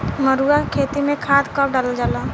मरुआ के खेती में खाद कब डालल जाला?